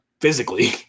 physically